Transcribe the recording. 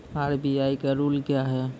RBI का rule क्या हैं?